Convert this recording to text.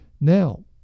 Now